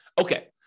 Okay